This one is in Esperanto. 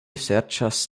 serĉas